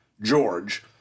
George